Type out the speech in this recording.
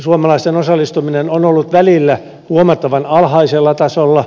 suomalaisten osallistuminen on ollut välillä huomattavan alhaisella tasolla